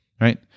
right